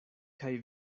kaj